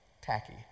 tacky